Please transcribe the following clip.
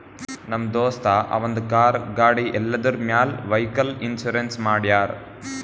ನಮ್ ದೋಸ್ತ ಅವಂದ್ ಕಾರ್, ಗಾಡಿ ಎಲ್ಲದುರ್ ಮ್ಯಾಲ್ ವೈಕಲ್ ಇನ್ಸೂರೆನ್ಸ್ ಮಾಡ್ಯಾರ್